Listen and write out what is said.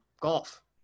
golf